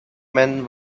man